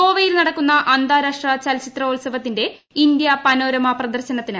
ഗോവയിൽ നടക്കുന്ന അന്താരാഷ്ട്ര ചലച്ചിത്രോത്സവത്തിന്റെ ഇന്ത്യ പനോരമ പ്രദർശനത്തിന് തുടക്കം